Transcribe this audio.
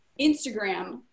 Instagram